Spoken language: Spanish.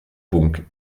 punk